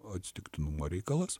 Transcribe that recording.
atsitiktinumo reikalas